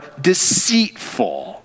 deceitful